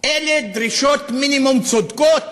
אלה דרישות מינימום צודקות